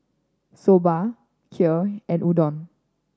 Soba Kheer and Udon